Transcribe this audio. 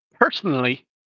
personally